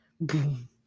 Boom